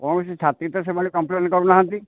କୌଣସି ଯାତ୍ରୀ ତ ସେମାନେ କମ୍ପଲେନେ କରୁନାହାନ୍ତି